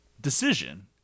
decision